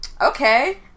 Okay